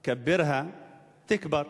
כּבּרהא, תכּבּר.